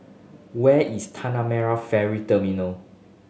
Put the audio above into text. where is Tanah Merah Ferry Terminal